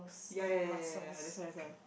ya ya ya ya ya that's why that's why